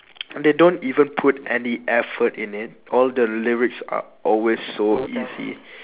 they don't even put any effort in it all the lyrics are always so easy